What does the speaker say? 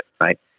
right